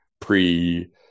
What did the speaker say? pre